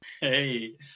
Hey